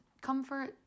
comfort